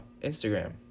Instagram